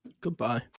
Goodbye